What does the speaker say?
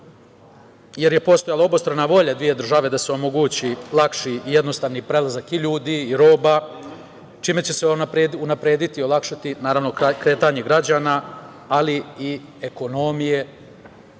jer je postojala obostrana volja dve države da se omogući lakši i jednostavniji prelazak i ljudi i roba, čime će se unaprediti i olakšati kretanje građana, ali i ekonomije